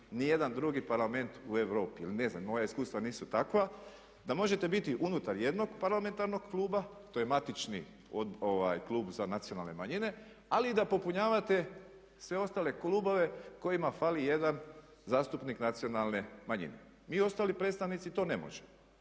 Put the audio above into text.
jedan drugi parlament u Europi. Ili ne znam moja iskustva nisu takva da možete biti unutar jednog parlamentarnog kluba, to je matični klub za nacionalne manjine ali i da popunjavate sve ostale klubove kojima fali jedan zastupnik nacionalne manjine. Mi ostali predstavnici to ne možemo.